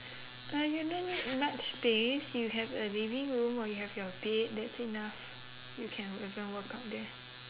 uh you no need much space you have a living room while you have your bed that's enough you can even workout there